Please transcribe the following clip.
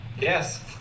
Yes